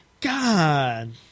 God